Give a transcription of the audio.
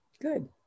Good